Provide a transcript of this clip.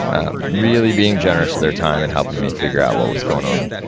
really being generous with their time, and helping me figure out what was going on.